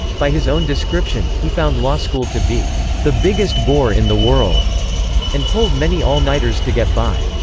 by his own description, he found law school to be the biggest bore in the world and pulled many all-nighters to get by.